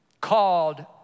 called